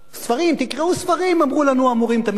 ספרים, תקראו ספרים, אמרו לנו המורים תמיד.